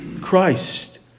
Christ